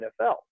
NFL